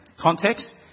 context